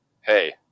hey